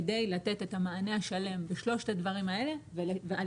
כדי לתת את המענה השלם בשלושת הדברים האלה ועל